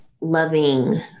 loving